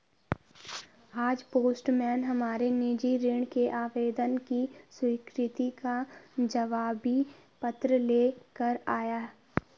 आज पोस्टमैन हमारे निजी ऋण के आवेदन की स्वीकृति का जवाबी पत्र ले कर आया